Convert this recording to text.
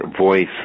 voice